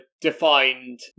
defined